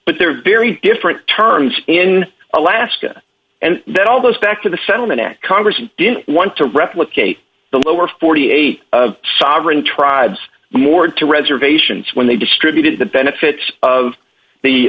but they're very different terms in alaska and that all goes back to the settlement a congress didn't want to replicate the lower forty eight sovereign tribes mord to reservations when they distributed the benefits of the